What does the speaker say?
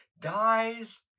dies